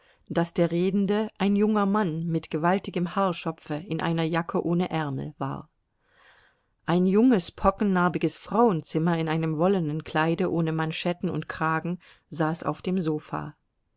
daß der redende ein junger mann mit gewaltigem haarschopfe in einer jacke ohne ärmel war ein junges pockennarbiges frauenzimmer in einem wollenen kleide ohne manschetten und kragen saß auf dem sofa